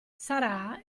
sarà